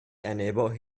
enabled